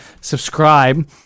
Subscribe